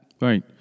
Right